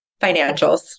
Financials